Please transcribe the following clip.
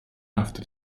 after